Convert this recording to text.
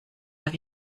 darf